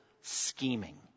scheming